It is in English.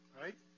Right